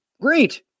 Great